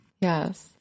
Yes